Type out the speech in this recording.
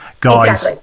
guys